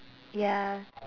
ya